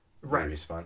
right